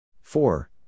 four